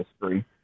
history